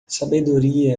sabedoria